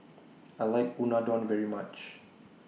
I like Unadon very much